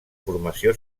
formació